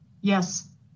Yes